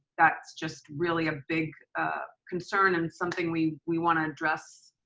that's just really a big concern and something we we wanna address